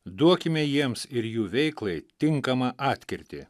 duokime jiems ir jų veiklai tinkamą atkirtį